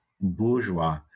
bourgeois